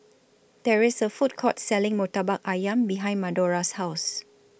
There IS A Food Court Selling Murtabak Ayam behind Madora's House